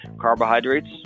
carbohydrates